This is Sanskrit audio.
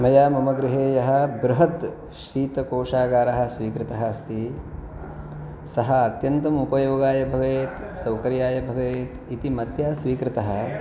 मया मम गृहे यः बृहत् शीतकोशागाराः स्वीकृतः अस्ति सः अत्यन्तम् उपयोगाय भवेत् सौकर्याय भवेत् इति मत्या स्वीकृतः